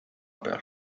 peal